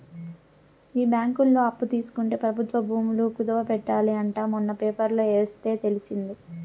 ఈ బ్యాంకులో అప్పు తీసుకుంటే ప్రభుత్వ భూములు కుదవ పెట్టాలి అంట మొన్న పేపర్లో ఎస్తే తెలిసింది